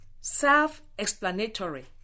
Self-explanatory